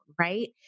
Right